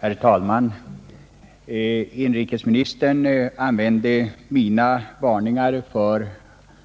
Herr talman! Inrikesministern berörde mina varningar för